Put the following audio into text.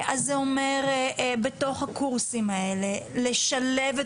אז זה אומר בתוך הקורסים האלה לשלב את